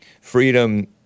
Freedom